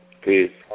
Peace